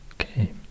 okay